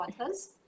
authors